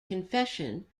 confession